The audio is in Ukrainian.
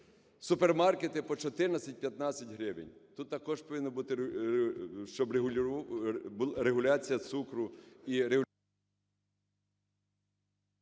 супермаркеті по 14-15 гривень, тут також повинна бути регуляція цукру